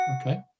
okay